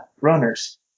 runners